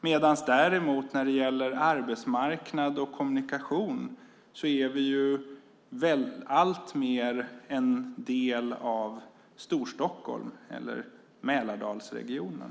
När det däremot gäller arbetsmarknad och kommunikation är vi alltmer en del av Storstockholm eller Mälardalsregionen.